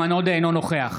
אינו נוכח